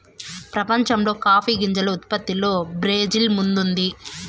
ప్రపంచంలో కాఫీ గింజల ఉత్పత్తిలో బ్రెజిల్ ముందుంది